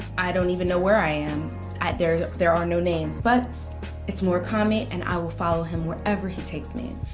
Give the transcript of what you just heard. i don't even know where i am at there there are no names but it's murakami and i will follow him wherever he takes me.